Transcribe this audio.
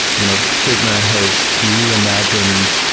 you know figma has reimagined